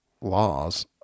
laws